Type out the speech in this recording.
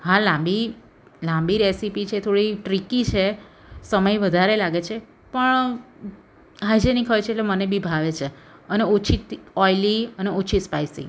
હા લાંબી લાંબી રિસેપી છે થોડી ટ્રિકી છે સમય વધારે લાગે છે પણ હાઇજેનિક હોય છે એટલે મને બી ભાવે છે અને ઓછી ઓઈલી અને ઓછી સ્પાઈસી